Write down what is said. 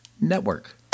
Network